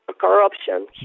corruption